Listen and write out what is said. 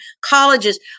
colleges